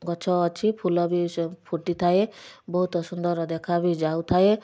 ଗଛ ଅଛି ଫୁଲ ବି ଫୁଟି ଥାଏ ବହୁତ ସୁନ୍ଦର ଦେଖା ବି ଯାଉଥାଏ